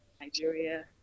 nigeria